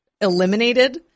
eliminated